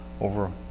over